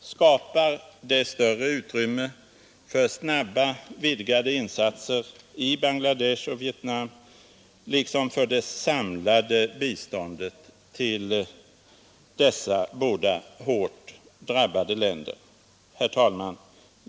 skapar ett större utrymme för snabba, vidgade insatser i Bangladesh och Vietnam liksom för det samlade biståndet till dessa både hårt drabbade länder. Fru talman!